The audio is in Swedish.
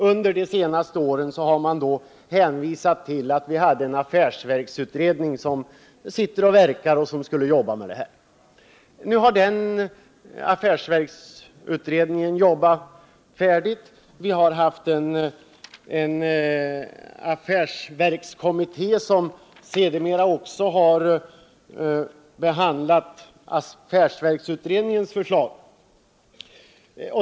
Under de senaste åren har man emellertid hänvisat till affärsverksutredningen som jobbat med frågan. Nu är den utredningen färdig med sitt arbete, och en affärsverkskommitté har sedermera behandlat affärsverksutredningens förslag.